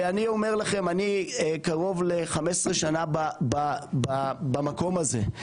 אני אומר לכם, אני קרוב ל-15 שנה במקום הזה.